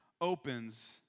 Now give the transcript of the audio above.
opens